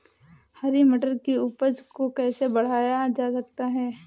हरी मटर की उपज को कैसे बढ़ाया जा सकता है?